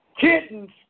Kittens